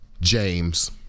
James